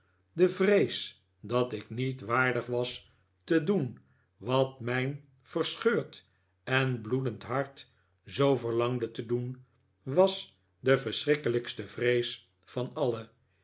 de vrees dat ik niet waardig was te doen wat mijn verscheurd en bloedend hart zoo verlangde te doen was de verschrikkelijkste vrees van alle